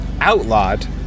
outlawed